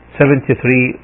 seventy-three